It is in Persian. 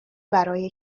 برای